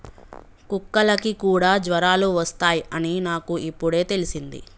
కుక్కలకి కూడా జ్వరాలు వస్తాయ్ అని నాకు ఇప్పుడే తెల్సింది